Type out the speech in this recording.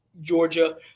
Georgia